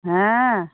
হ্যাঁ